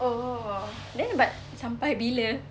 oh then but sampai bila